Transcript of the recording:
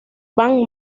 van